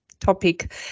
topic